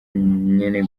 nyene